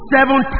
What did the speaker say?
Seven